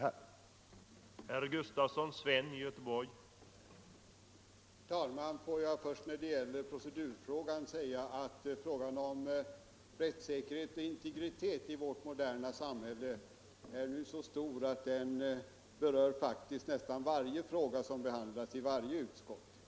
Tisdagen den